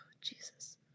jesus